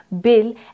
bill